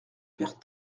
père